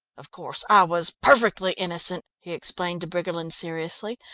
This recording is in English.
of course, i was perfectly innocent, he explained to briggerland seriously,